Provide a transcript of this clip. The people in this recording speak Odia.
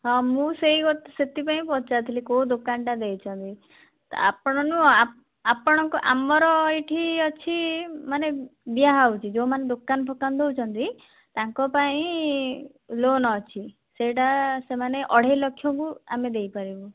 ହଁ ମୁଁ ସେହିକଥା ସେଥିପାଇଁ ପଚାରିଥିଲି କେଉଁ ଦୋକାନଟା ଦେଇଛନ୍ତି ଆପଣ ନୁହେଁ ଆପଣ ଆମର ଏଇଠି ଅଛି ମାନେ ଦିଆହେଉଛି ଯୋଉମାନେ ଦୋକାନ ଫୋକାନ ଦେଉଛନ୍ତି ତାଙ୍କପାଇଁ ଲୋନ୍ ଅଛି ସେଇଟା ସେମାନେ ଅଢ଼େଇ ଲକ୍ଷକୁ ଆମେ ଦେଇପାରିବୁ